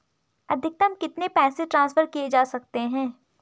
अधिकतम कितने पैसे ट्रांसफर किये जा सकते हैं?